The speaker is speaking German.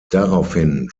daraufhin